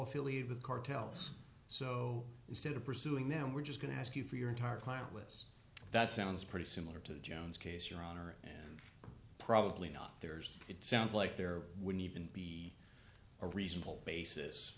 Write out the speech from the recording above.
affiliated with cartels so instead of pursuing them we're just going to ask you for your entire client list that sounds pretty similar to the jones case your honor and probably not theirs it sounds like there when even be a reasonable basis